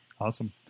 Awesome